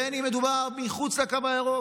בין שמדובר מחוץ לקו הירוק,